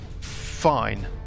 fine